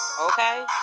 okay